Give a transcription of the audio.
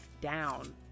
down